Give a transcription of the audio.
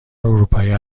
اروپایی